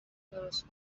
درست